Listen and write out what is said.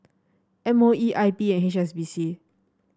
M O E I P and H S B C